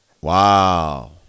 Wow